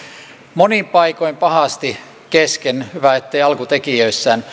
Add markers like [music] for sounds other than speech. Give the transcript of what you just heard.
monin paikoin pahasti kesken hyvä etteivät alkutekijöissään [unintelligible]